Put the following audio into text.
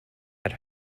had